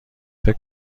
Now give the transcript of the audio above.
فکر